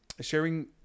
sharing